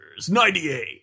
98